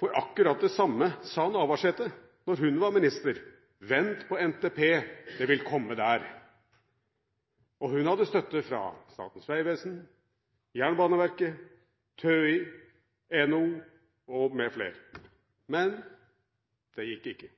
for akkurat det samme sa Navarsete da hun var minister: Vent på NTP, det vil komme der. Hun hadde støtte fra Statens vegvesen, Jernbaneverket, TØI, NHO mfl. Men det gikk ikke.